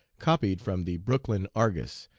copied from the brooklyn argus,